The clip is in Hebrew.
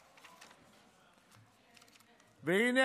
והינה,